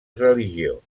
religió